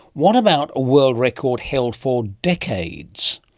what about a world record held for decades.